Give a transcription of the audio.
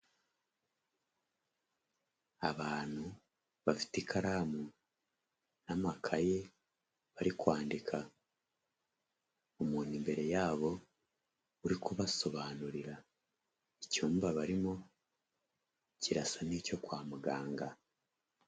Abantu bafite ikaramu n'amakaye bari kwandika. Umuntu imbere yabo uri kubasobanurira, icyumba barimo kirasa nk'icyo kwa muganga.